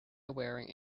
wearing